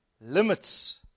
limits